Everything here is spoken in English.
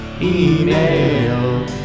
email